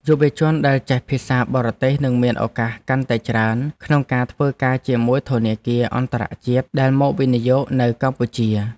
យុវជនដែលចេះភាសាបរទេសនឹងមានឱកាសកាន់តែច្រើនក្នុងការធ្វើការជាមួយធនាគារអន្តរជាតិដែលមកវិនិយោគនៅកម្ពុជា។